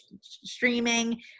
streaming